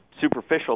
superficial